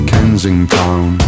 Kensington